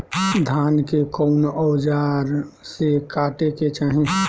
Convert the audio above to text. धान के कउन औजार से काटे के चाही?